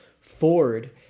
Ford